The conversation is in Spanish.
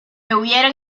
hubieran